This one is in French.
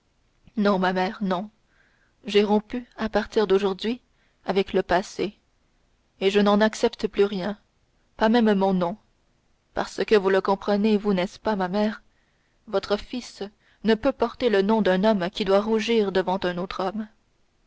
non ma mère non j'ai rompu à partir d'aujourd'hui avec le passé et je n'en accepte plus rien pas même mon nom parce que vous le comprenez vous n'est-ce pas ma mère votre fils ne peut porter le nom d'un homme qui doit rougir devant un autre homme